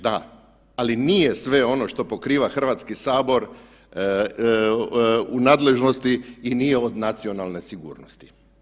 Da, ali nije sve ono što pokriva Hrvatski sabor u nadležnosti i nije od nacionalne sigurnosti.